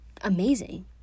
amazing